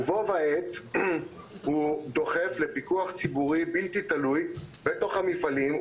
ובה בעת הוא דוחף לפיקוח ציבורי בלתי תלוי בתוך המפעלים,